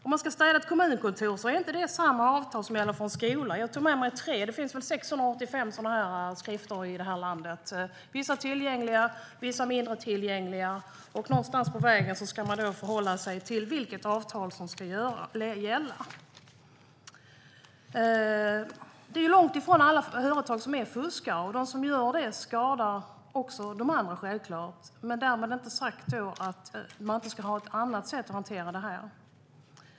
Om man ska städa ett kommunkontor gäller inte samma avtal som för en skola. Jag tog med mig tre av dessa skrifter. Det finns väl 685 sådana i landet. Vissa är tillgängliga, andra mindre tillgängliga, och någonstans på vägen ska man förhålla sig till vilket avtal som gäller. Långt ifrån alla företag är fuskare, men de som fuskar skadar självklart de andra. Därmed inte sagt att man inte ska ha ett annat sätt att hantera detta.